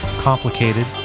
complicated